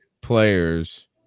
players